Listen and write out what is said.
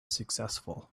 successful